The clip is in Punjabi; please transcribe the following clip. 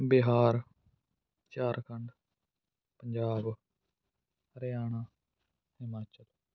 ਬਿਹਾਰ ਝਾਰਖੰਡ ਪੰਜਾਬ ਹਰਿਆਣਾ ਹਿਮਾਚਲ